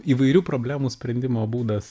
įvairių problemų sprendimo būdas